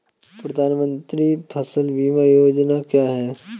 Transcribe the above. प्रधानमंत्री फसल बीमा योजना क्या है?